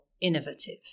innovative